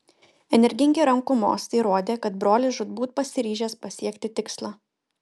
energingi rankų mostai rodė kad brolis žūtbūt pasiryžęs pasiekti tikslą